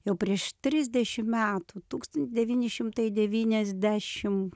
jau prieš trisdešim metų tūkstan devyni šimtai devyniasdešim